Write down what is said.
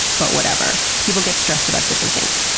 but whatever. people get stressed about different things.